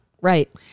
Right